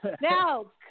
Now